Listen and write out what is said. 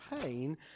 pain